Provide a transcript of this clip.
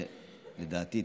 לדעתי,